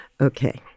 Okay